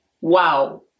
Wow